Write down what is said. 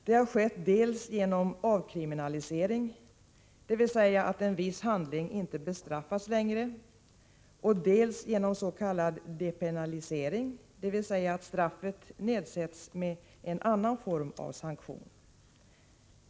Detta har skett dels genom avkriminalisering, dvs. att en viss handling inte bestraffas längre, dels genom s.k. depenalisering, dvs. att straffet ersätts med en annan form av sanktion.